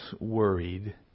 worried